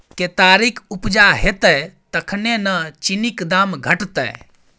केतारीक उपजा हेतै तखने न चीनीक दाम घटतै